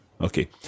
Okay